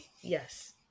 Yes